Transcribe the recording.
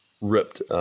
ripped